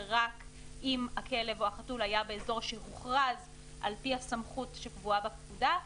ורק עם הכלב או החתול היה באזור שהוכרז על פי הסמכות שקבועה בפקודה,